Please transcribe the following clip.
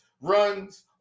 runs